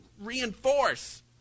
reinforce